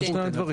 שני הדברים.